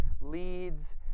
leads